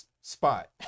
spot